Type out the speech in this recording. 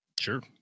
Sure